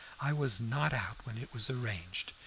i was not out when it was arranged,